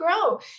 grow